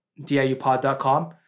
diupod.com